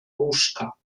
łóżka